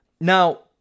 Now